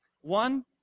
One